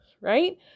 Right